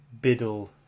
Biddle